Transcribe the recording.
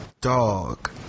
dog